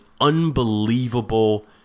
unbelievable